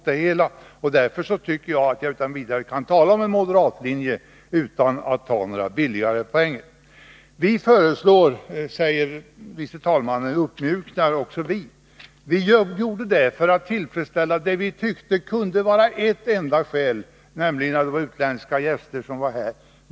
Därför Nr 140 tycker jag att jag utan vidare kan tala om en moderatlinje utan att ta några Vi föreslår också uppmjukningar, säger förste vice talmannen. Vi har gjort det för att tillfredsställa önskemål i ett enda fall, nämligen när det är utländska gäster här.